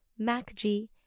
MACG